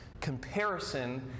comparison